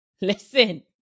Listen